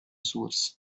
source